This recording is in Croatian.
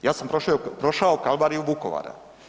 Ja sam prošao kalvariju Vukovara.